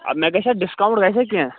اَدٕ مےٚ گژھیٛا ڈِسکاوُنٛٹ گژھیٛا کیٚنہہ